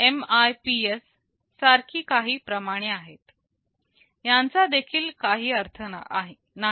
MIPS सारखी काही प्रमाणे आहेत यांचा देखील काही अर्थ नाही